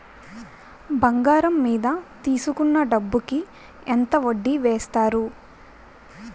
బంగారం మీద తీసుకున్న డబ్బు కి ఎంత వడ్డీ వేస్తారు?